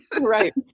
Right